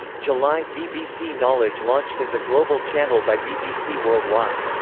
july bbc knowledge launched as a global channel by bbc worldwide.